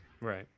right